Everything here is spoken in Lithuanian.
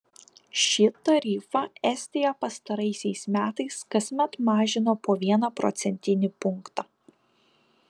šį tarifą estija pastaraisiais metais kasmet mažino po vieną procentinį punktą